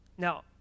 Now